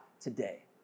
today